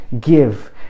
give